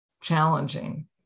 challenging